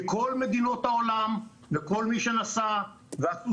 מכל מדינות העולם וכל מי שנסע ועשינו